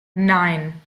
nein